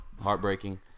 Heartbreaking